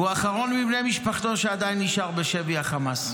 הוא האחרון מבני משפחתו שעדיין נשאר בשבי החמאס.